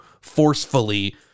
forcefully